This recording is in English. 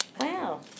Wow